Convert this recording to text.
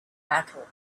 battle